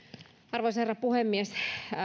arvoisa herra puhemies